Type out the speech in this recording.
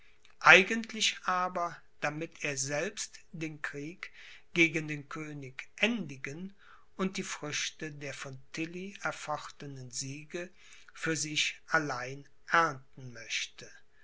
eigentlich aber damit er selbst den krieg gegen den könig endigen und die früchte der von tilly erfochtenen siege für sich allein ernten möchte